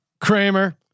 Kramer